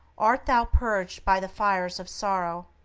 art thou purged by the fires of sorrow?